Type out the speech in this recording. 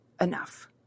enough